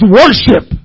worship